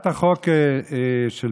אייכלר.